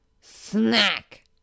Snack